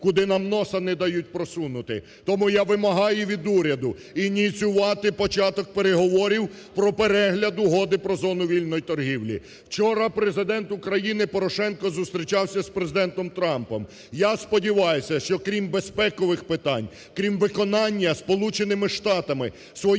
куди нам носа не дають просунути. Тому я вимагаю від уряду ініціювати початок переговорів про перегляд Угоди про зону вільної торгівлі. Вчора Президент України Порошенко зустрічався з Президентом Трампом. Я сподіваюсь, що крім безпекових питань, крім виконання Сполученими Штатами своїх